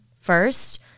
first